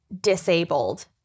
disabled